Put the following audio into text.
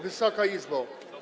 Wysoka Izbo!